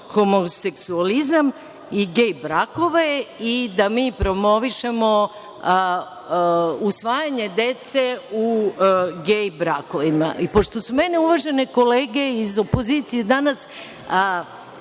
homoseksualizam i gej brakove i da mi promovišemo usvajanje dece u gej brakovima. Pošto su mene uvažene kolege iz opozicije danas